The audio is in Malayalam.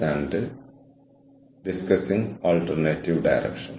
കൂടാതെ ഇതേക്കുറിച്ച് നിങ്ങൾ ചിന്തിക്കണമെന്ന് ഞാൻ ശരിക്കും ആഗ്രഹിക്കുന്നു